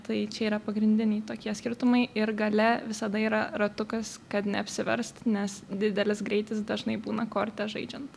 tai čia yra pagrindiniai tokie skirtumai ir gale visada yra ratukas kad neapsiverst nes didelis greitis dažnai būna korte žaidžiant